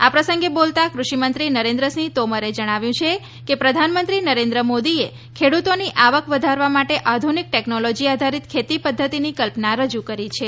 આ પ્રસંગે બોલતા કૃષિમંત્રી નરેન્દ્રસિંહ તોમરે જણાવ્યું છે કે પ્રધાનમંત્રી નરેન્દ્ર મોદીએ ખેડૂતોની આવક વધારવા માટે આધુનિક ટેકનોલોજી આધારિત ખેતી પદ્વતિની કલ્પના રજૂ કરી છે